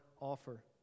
offer